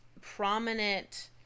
prominent